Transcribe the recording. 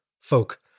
folk